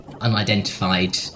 unidentified